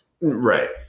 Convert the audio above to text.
right